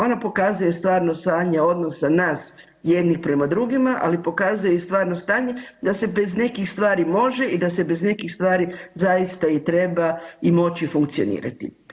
Ona pokazuje stvarno stanje odnosa nas jednih prema drugima, ali pokazuje i stvarno stanje da se bez nekih stvari može i da se bez nekih stvari zaista i treba moći funkcionirati.